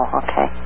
okay